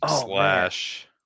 slash